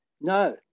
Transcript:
No